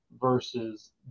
versus